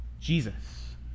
Jesus